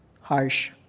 harsh